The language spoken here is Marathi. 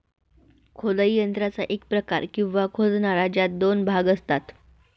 खोदाई यंत्राचा एक प्रकार, किंवा खोदणारा, ज्यात दोन भाग असतात